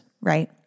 right